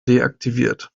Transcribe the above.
deaktiviert